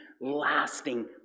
lasting